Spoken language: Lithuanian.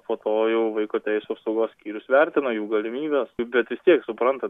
po to jau vaiko teisių apsaugos skyrius vertina jų galimybes bet vis tiek suprantat